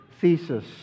thesis